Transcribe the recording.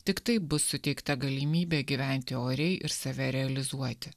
tik taip bus suteikta galimybė gyventi oriai ir save realizuoti